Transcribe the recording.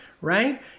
right